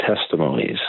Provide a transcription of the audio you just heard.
testimonies